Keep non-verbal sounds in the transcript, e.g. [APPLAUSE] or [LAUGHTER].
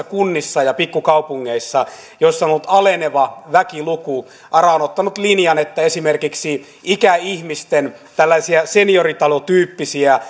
[UNINTELLIGIBLE] kunnissa ja pikkukaupungeissa joissa on ollut aleneva väkiluku ara on ottanut linjan että esimerkiksi ikäihmisten senioritalotyyppisten [UNINTELLIGIBLE]